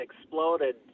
exploded